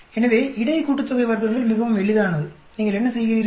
எனவே இடை கூட்டுத்தொகை வர்க்கங்கள் மிகவும் எளிதானது நீங்கள் என்ன செய்கிறீர்கள்